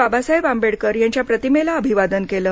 बाबासाहेब आंबेडकर यांच्या प्रतिमेला अभिवादन केले